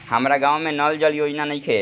हमारा गाँव मे नल जल योजना नइखे?